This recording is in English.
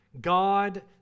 God